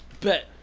Bet